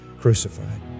crucified